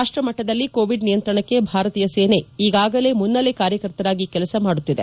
ರಾಷ್ಟ ಮಟ್ಟದಲ್ಲಿ ಕೋವಿಡ್ ನಿಯಂತ್ರಣಕ್ಲೆ ಭಾರತೀಯ ಸೇನೆ ಈಗಾಗಲೇ ಮುನ್ತಲೆ ಕಾರ್ಯಕರ್ತರಾಗಿ ಕೆಲಸ ಮಾಡುತ್ತಿದೆ